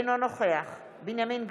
אינו נוכח בנימין גנץ,